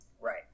Right